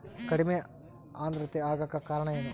ಕಡಿಮೆ ಆಂದ್ರತೆ ಆಗಕ ಕಾರಣ ಏನು?